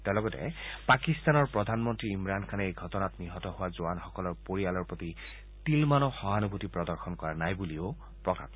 তেওঁ লগতে পাকিস্তানৰ প্ৰধানমন্ত্ৰী ইমৰাণ খানে এই ঘটনাত নিহত হোৱা জোৱানসকলৰ পৰিয়ালৰ প্ৰতি তিলমানো সহানুভূতি প্ৰদৰ্শন কৰা নাই বুলিও প্ৰকাশ কৰে